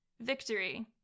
victory